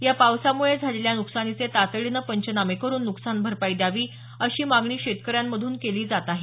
या पावसामुळे झालेल्या नुकसानीचे तातडीनं पंचनामे करून नुकसान भरपाई द्यावी अशी मागणी शेतकऱ्यांमधून केली जात आहे